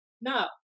No